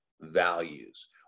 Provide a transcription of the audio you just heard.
values